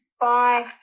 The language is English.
Bye